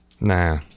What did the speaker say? nah